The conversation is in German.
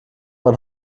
man